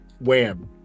Wham